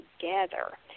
together